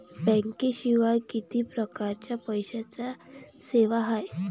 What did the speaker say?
बँकेशिवाय किती परकारच्या पैशांच्या सेवा हाय?